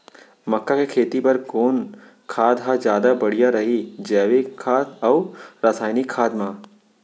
मक्का के खेती बर कोन खाद ह जादा बढ़िया रही, जैविक खाद अऊ रसायनिक खाद मा?